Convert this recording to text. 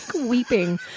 weeping